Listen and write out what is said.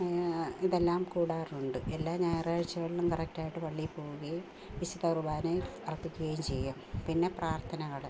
ഇതെല്ലാം കൂടാറുണ്ട് എല്ലാ ഞായറാഴ്ചകളിലും കറക്റ്റ് ആയിട്ട് പള്ളിയിൽ പോവുകയും വിശുദ്ധ കുർബാനയിൽ അർപ്പിക്കുകയും ചെയ്യും പിന്നെ പ്രാർത്ഥനകൾ